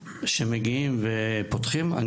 שמגיעים ופותחים את הדלת.